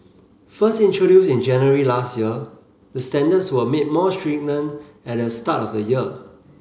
first introduced in January last year the standards were made more stringent at the start of the year